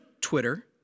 Twitter